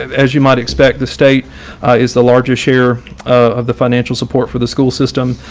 as you might expect, the state is the largest share of the financial support for the school system,